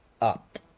up